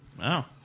Wow